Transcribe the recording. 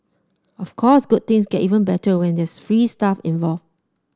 of course good things get even better when there's free stuff involved